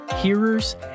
hearers